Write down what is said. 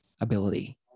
ability